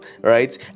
right